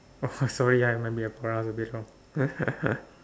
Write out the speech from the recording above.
oh sorry ah I might be pronounce a bit wrong